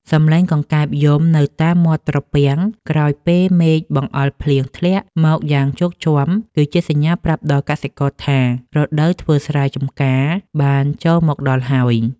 សំឡេងកង្កែបយំនៅតាមមាត់ត្រពាំង ក្រោយពេលមេឃបង្អុរភ្លៀងធ្លាក់មកយ៉ាងជោគជាំ គឺជាសញ្ញាប្រាប់ដល់កសិករថា រដូវធ្វើស្រែចម្ការបានចូលមកដល់ហើយ។